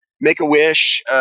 Make-A-Wish